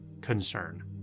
concern